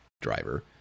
driver